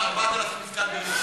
אבל תסביר לי,